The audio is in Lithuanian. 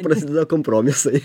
prasideda kompromisai